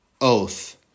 oath